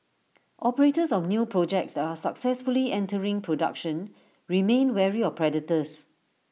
operators of new projects that are successfully entering production remain wary of predators